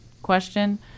question